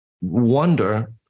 wonder